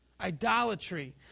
idolatry